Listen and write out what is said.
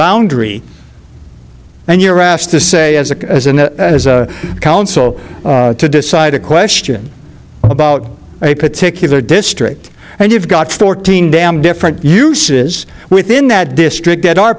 boundary and you're asked to say as a council to decide a question about a particular district and you've got fourteen damn different uses within that district and are